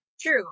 True